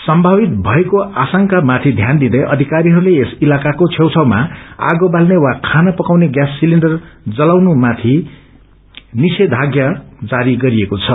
सम्मावित भयको आशंक्रमाथि धान दिँदै अधिकारीहरूले यस इलाकाको छेउ छाउमा आगो बाल्ने या खना पकाउने म्यास सिलिण्डर जलाउनुमाथि निषेधामा जारी गरिएको छ